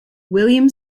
william